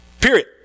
Period